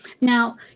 Now